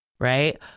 Right